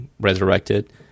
resurrected